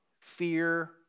fear